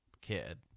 kid